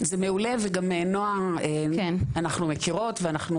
זה מעולה וגם נועה אנחנו מכירות ואנחנו